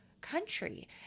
country